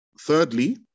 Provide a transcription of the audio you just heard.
thirdly